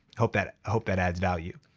hope that hope that adds value.